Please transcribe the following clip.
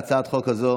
להצעת החוק הזאת